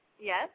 Yes